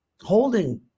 holding